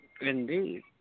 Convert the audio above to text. Indeed